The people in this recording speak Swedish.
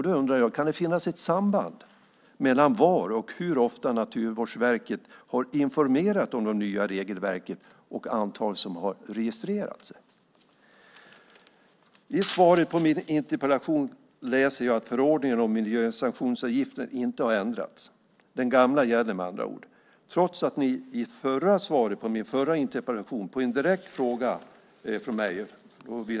Då undrar jag: Kan det finnas ett samband mellan var och hur ofta Naturvårdsverket har informerat om det nya regelverket och det antal som har registrerat sig? I svaret på min interpellation läser jag att förordningen om miljösanktionsavgifter inte har ändrats. Den gamla gäller med andra ord, trots svaret på min förra interpellation.